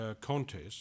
contest